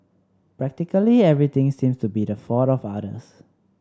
practically everything seems to be the fault of others